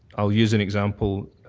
i'll use an example,